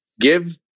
Give